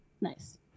Nice